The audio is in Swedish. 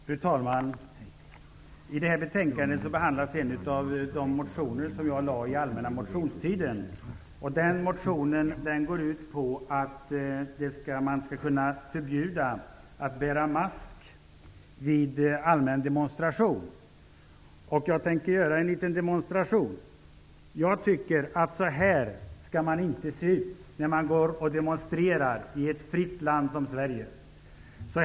Fru talman! I detta betänkande behandlas en av de motioner som jag väckte under den allmänna motionstiden. Den motionen går ut på att det skall vara förbjudet att bära mask vid allmän demonstration. Jag tänker göra en liten demonstration genom att nu ta på mig en mask. Jag tycker inte att man skall se ut som jag nu gör när man demonstrerar i ett fritt land som Sverige.